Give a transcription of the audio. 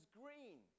green